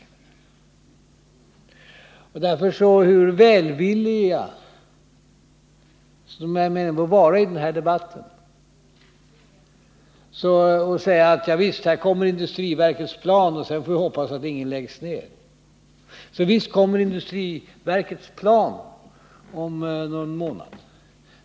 Därför är det inte säkert att den välvilja som visas upp i den här debatten hjälper. Industriverkets plan kommer, säger man exempelvis, och därefter får vi hoppas att inga ytterligare glasbruk läggs ned. Ja, visst kommer industriverkets plan om någon månad.